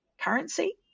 currency